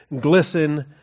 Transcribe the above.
glisten